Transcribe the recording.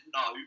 no